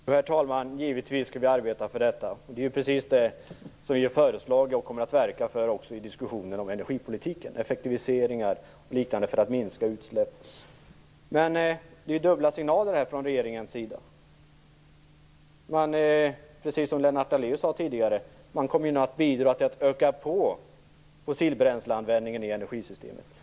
Herr talman! Givetvis skall vi arbeta för detta. Det är precis detta som vi har föreslagit och kommer att verka för i diskussionen om energipolitiken. Det gäller också effektiviseringar och liknande åtgärder för att minska utsläppen. Men vi får här dubbla signaler från regeringens sida. Som Lennart Daléus tidigare sade kommer man nu att bidra till att öka fossilbränsleanvändningen i energisystemet.